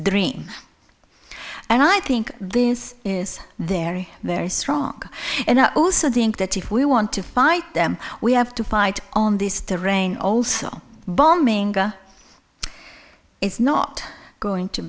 dream and i think this is their very strong and i also think that if we want to fight them we have to fight on this terrain also bombing is not going to